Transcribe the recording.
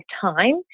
time